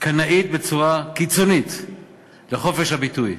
קנאית בצורה קיצונית לחופש הביטוי.